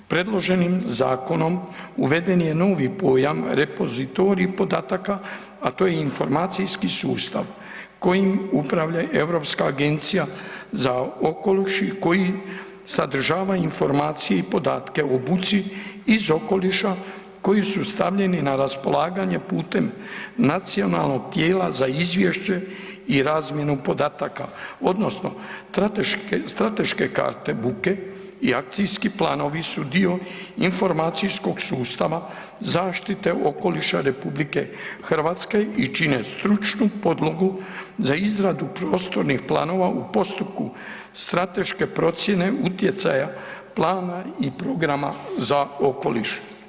Predloženim zakonom uveden je novi pojam repozitorij podataka, a to je informacijski sustav kojim upravlja Europska agencija za okoliš koji sadržava informacije i podatke o buci iz okoliša koji su stavljeni na raspolaganje putem Nacionalnog tijela za izvješće i razmjenu podataka odnosno strateške karte buke i akcijski planovi su dio informacijskog sustava zaštite okoliša RH i čine stručnu podlogu za izradu poslovnih planova u postupku strateške procjene utjecaja plana i programa za okoliš.